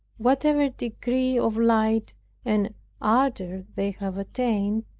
whatever degree of light and ardor they have attained,